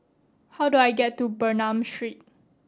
how do I get to Bernam Street